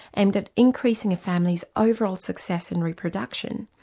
and that increasing a family's overall success in reproduction,